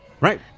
Right